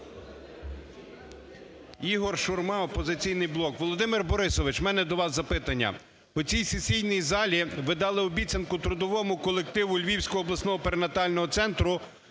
Ігор Шурма, "Опозиційний блок". Володимир Борисович, у мене до вас запитання. У цій сесійній залі ви дали обіцянку трудовому колективу Львівського обласного перинатального центру